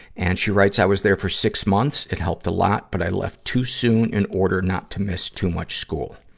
and she writes, i was there for six months. it helped a lot, but i left too soon in order not to miss too much school.